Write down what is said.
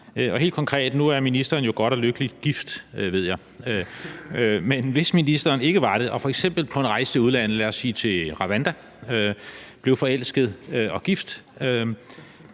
helt konkret. Nu er ministeren jo godt og lykkeligt gift, ved jeg, men hvis ministeren ikke var det og f.eks. på en rejse til udlandet, lad os sige til Rwanda, blev forelsket og gift